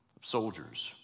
soldiers